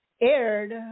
aired